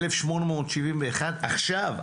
1,871 עכשיו,